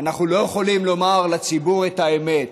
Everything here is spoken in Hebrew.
אנחנו לא יכולים לומר לציבור את האמת,